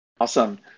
Awesome